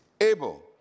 able